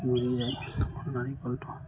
মিলি যায় নাৰিকলটো